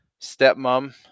stepmom